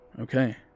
Okay